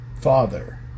Father